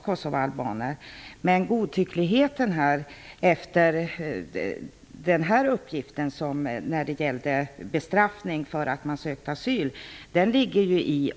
Äktenskapet eller samboförhållandet har inte betraktats som tillräckligt seriöst eller ''icke haft tillräcklig varaktighet''.